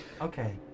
Okay